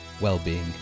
wellbeing